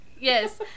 Yes